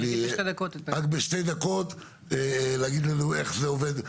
רק בשתי דקות להגיד לנו איך זה עובד,